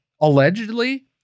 Allegedly